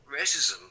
racism